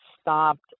stopped